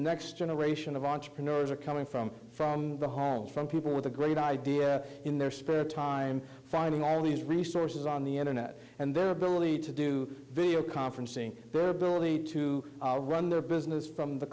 next generation of entrepreneurs are coming from from the home from people with a great idea in their spare time finding all these resources on the internet and their ability to do video conferencing to run their business from the